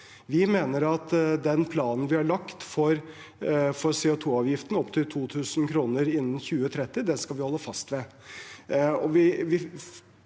Vi mener at den planen vi har lagt for CO2-avgiften, opp til 2 000 kr innen 2030, skal vi holde fast ved.